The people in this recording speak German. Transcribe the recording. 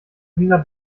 dieser